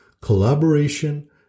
collaboration